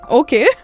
okay